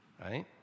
right